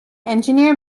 engineer